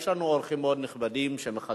יש לנו אורחים מאוד נכבדים שמחכים